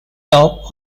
top